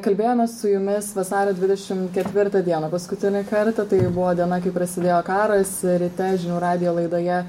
kalbėjomės su jumis vasario dvidešim ketvirtą dieną paskutinį kartą tai buvo diena kai prasidėjo karas ryte žinių radijo laidoje